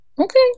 Okay